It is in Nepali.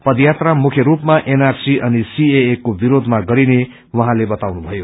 पदयात्रा मुख्यरूपमा एनआरसी अनिसीएए को विरोधमा गरिने उहाँले बताउनुभयो